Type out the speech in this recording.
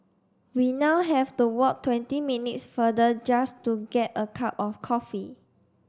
we now have to walk twenty minutes farther just to get a cup of coffee